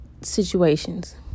situations